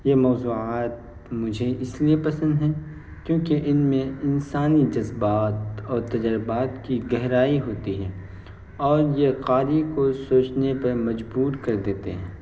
یہ موضوعات مجھے اس لیے پسند ہیں کیونکہ ان میں انسانی جذبات اور تجربات کی گہرائی ہوتی ہے اور یہ قاری کو سوچنے پہ مجبور کر دیتے ہیں